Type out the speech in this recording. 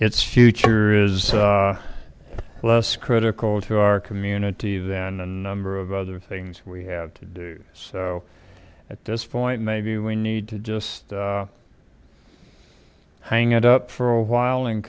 its future is less critical to our community than a number of other things we have to do so at this point maybe we need to just hang it up for a while and